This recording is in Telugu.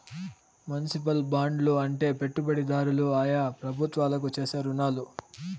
మునిసిపల్ బాండ్లు అంటే పెట్టుబడిదారులు ఆయా ప్రభుత్వాలకు చేసే రుణాలు